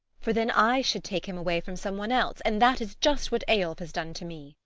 for then i should take him away from someone else and that is just what eyolf has done to me.